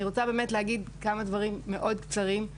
אני רוצה באמת להגיד כמה דברים מאוד קצרים.